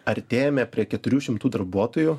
artėjame prie keturių šimtų darbuotojų